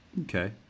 Okay